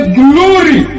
glory